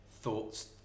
thoughts